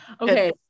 Okay